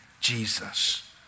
Jesus